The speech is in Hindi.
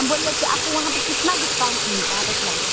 हम बोल रहे कि आपको वहाँ पर कितना डिस्काउंट मिलता है बतलाइए